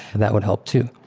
that would help too.